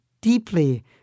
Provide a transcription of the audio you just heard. deeply